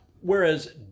Whereas